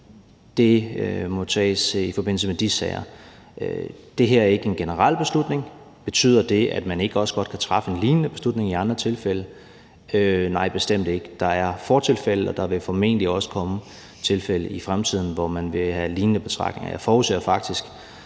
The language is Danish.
må tages i forbindelse med de sager. Det her er ikke en generel beslutning. Betyder det, at man ikke også godt kan træffe en lignende beslutning i andre tilfælde? Nej, bestemt ikke. Der er fortilfælde, og der vil formentlig også komme tilfælde i fremtiden, hvor man vil have lignende betragtninger. Jeg forudser faktisk,